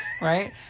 Right